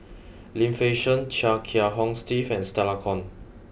Lim Fei Shen Chia Kiah Hong Steve and Stella Kon